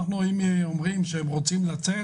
אם הם אומרים שהם רוצים לצאת